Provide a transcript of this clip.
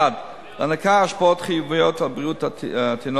1. להנקה השפעות חיוביות על בריאות התינוק,